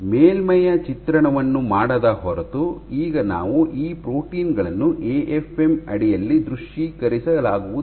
ಮೇಲ್ಮೈಯ ಚಿತ್ರಣವನ್ನು ಮಾಡದ ಹೊರತು ಈಗ ನಾವು ಈ ಪ್ರೋಟೀನ್ ಗಳನ್ನು ಎಎಫ್ಎಂ ಅಡಿಯಲ್ಲಿ ದೃಶ್ಯೀಕರಿಸಲಾಗುವುದಿಲ್ಲ